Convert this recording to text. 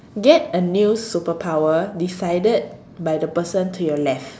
get a new superpower decided by the person to your left